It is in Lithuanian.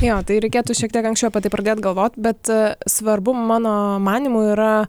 jo tai reikėtų šiek tiek anksčiau apie tai pradėt galvot bet svarbu mano manymu yra